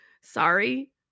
sorry